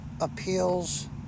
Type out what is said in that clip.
appeals